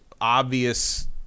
obvious